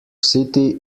city